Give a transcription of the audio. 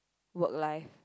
work life